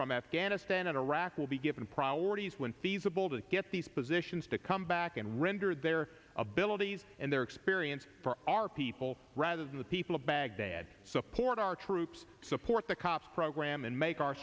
from afghanistan and iraq will be given priority when feasible to get these positions to come back and render their abilities and their experience for our people rather than the people of baghdad support our troops support the cops program and make our